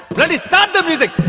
start the music.